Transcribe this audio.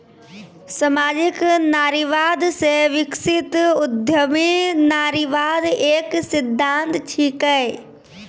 सामाजिक नारीवाद से विकसित उद्यमी नारीवाद एक सिद्धांत छिकै